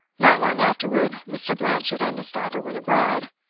not long afterward mr. blanchard and his daughter went abroad,